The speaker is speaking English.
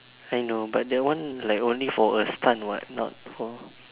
I know but that one like only for a stunt what not for